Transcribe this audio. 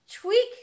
tweak